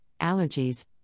allergies